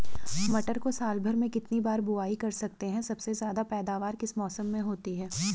मटर को साल भर में कितनी बार बुआई कर सकते हैं सबसे ज़्यादा पैदावार किस मौसम में होती है?